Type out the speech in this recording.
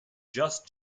just